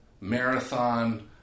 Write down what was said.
marathon